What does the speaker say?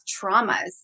traumas